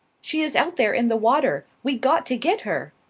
she is out there in the water, we got to get her,